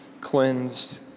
cleansed